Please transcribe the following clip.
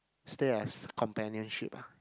stay as companionship ah